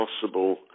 possible